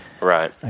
Right